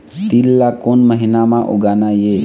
तील ला कोन महीना म उगाना ये?